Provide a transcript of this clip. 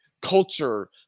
culture